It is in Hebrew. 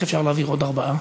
איך אפשר להעביר עוד 4?